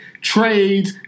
trades